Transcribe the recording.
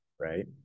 Right